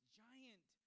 giant